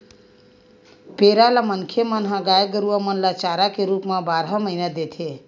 पेरा ल मनखे मन ह गाय गरुवा मन ल चारा के रुप म बारह महिना देथे